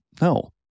No